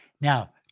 Now